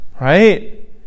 Right